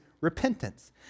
repentance